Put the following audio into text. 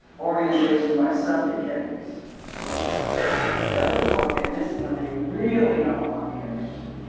organization by subject headings for the card. the other book, and this one they really don't want me to mention,